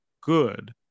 good